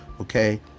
okay